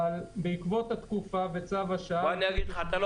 אבל בעקבות התקופה וצו השעה -- אתה לא